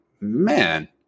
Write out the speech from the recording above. man